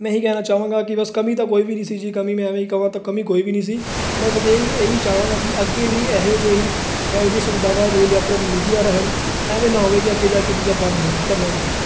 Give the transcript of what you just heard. ਮੈਂ ਇਹੀ ਕਹਿਣਾ ਚਾਹਾਂਗਾ ਕਿ ਬਸ ਕਮੀ ਤਾਂ ਕੋਈ ਵੀ ਨਹੀਂ ਸੀ ਜੀ ਕਮੀ ਮੈਂ ਐਵੇਂ ਹੀ ਕਵਾਂ ਤਾਂ ਕਮੀ ਕੋਈ ਵੀ ਨਹੀਂ ਸੀ ਮੈਂ ਬਸ ਇਹੀ ਚਾਹਾਂਗਾ ਕਿ ਅੱਗੇ ਵੀ ਇਹੋ ਜਿਹੇ ਹੀ ਇਹੋ ਜਿਹੇ ਸੁਵਿਧਾਵਾਂ ਰੇਲ ਯਾਤਰਾ ਨੂੰ ਮਿਲਦੀਆਂ ਰਹਿਣ ਐਵੇਂ ਨਾ ਹੋਵੇ ਕਿ ਅੱਗੇ ਜਾ ਕੇ ਚੀਜ਼ਾਂ ਬੰਦ ਹੋ ਜਾਣ